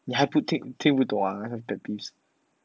你还不听听不懂啊那个 pet peeves